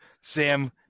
Sam